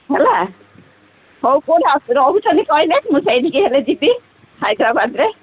ହେଲା ହଉ କୋଉଠି ଆଉ ରହୁଛନ୍ତି କହିଲେ ମୁଁ ସେଇଠିକି ହେଲେ ଯିବି ହାଇଦ୍ରାବାଦରେ